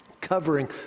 Covering